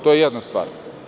To je jedna stvar.